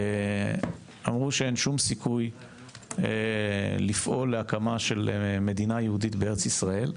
אמרו שאין שום סיכוי לפעול להקמה של מדינה יהודית בארץ-ישראל,